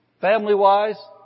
family-wise